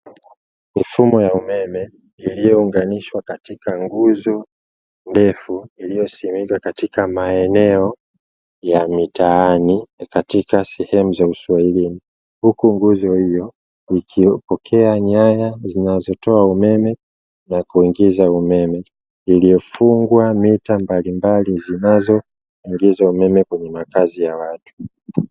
Mifumo ya umeme iliyounganishwa katika nguzo ndefu, iliyo simikwa katika maeneo ya mitaani katika sehemu za uswahilini. Huku nguzo hiyo ikipokea nyaya zinazotoa umeme na kuingiza umeme, iliyofungwa mita mbalimbali zinazoingiza umeme kwenye makazi ya watu.